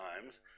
times